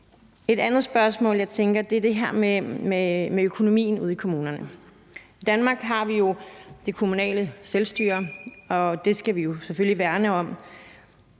Et andet spørgsmål, jeg tænker på, er det her med økonomien ude i kommunerne. I Danmark har vi jo kommunalt selvstyre, og det skal vi selvfølgelig værne om.